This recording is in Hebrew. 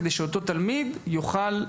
כדי שאותו תלמיד יוכל,